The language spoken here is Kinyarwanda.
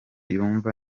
yumva